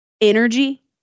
energy